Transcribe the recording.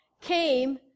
came